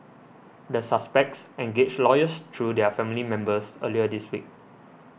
the suspects engaged lawyers through their family members earlier this week